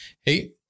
Hey